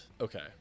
Okay